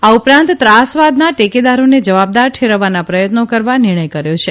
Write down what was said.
આ ઉપરાંત ત્રાસવાદના ટેકેદારોને જવાબદાર ઠેરવવાના પ્રયત્નો કરવા નિર્ણથ કર્યો છે